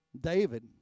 David